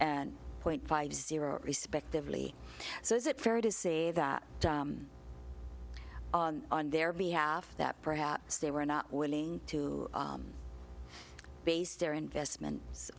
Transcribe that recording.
point five zero respectively so is it fair to say that on their behalf that perhaps they were not willing to base their investment